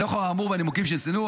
לנוכח האמור והנימוקים שצוינו,